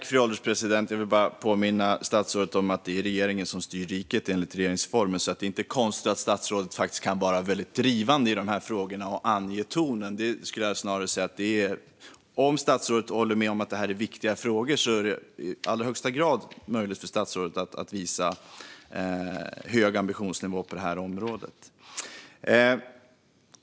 Fru ålderspresident! Låt mig bara påminna statsrådet om att det enligt regeringsformen är regeringen som styr riket, så statsrådet kan absolut vara drivande i dessa frågor och ange tonen. Om statsrådet håller med om att det är viktiga frågor så är det i allra högsta grad möjligt för statsrådet att visa hög ambitionsnivå på detta område.